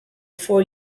four